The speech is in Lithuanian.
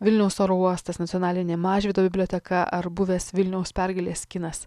vilniaus oro uostas nacionalinė mažvydo biblioteka ar buvęs vilniaus pergalės kinas